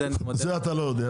אבל את זה עדיין אנחנו לא יודעים.